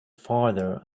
farther